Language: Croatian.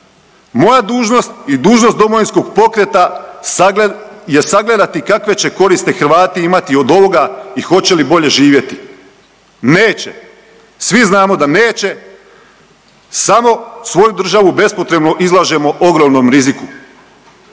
Moja dužnost i dužnost Domovinskog pokreta je sagledati kakve će koristi Hrvati imati od ovoga i hoće li bolje živjeti. Neće, svi znamo da neće, samo svoju državu bespotrebno izlažemo ogromnom riziku.